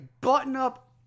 button-up